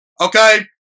Okay